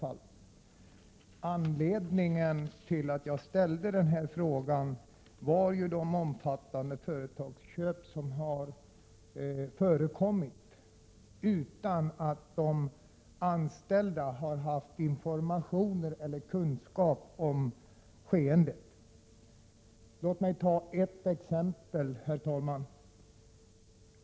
Anledningen till att jag har ställt den här frågan är de omfattande företagsköp som förekommit utan att de anställda har haft information eller kunskap om skeendet. Låt mig ta ett exempel.